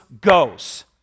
goes